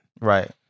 Right